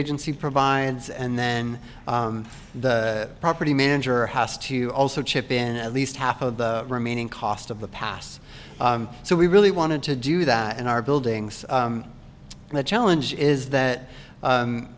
agency provides and then the property manager has to also chip in at least half of the remaining cost of the pass so we really wanted to do that in our buildings and the challenge is that